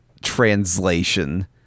translation